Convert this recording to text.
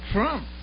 Trump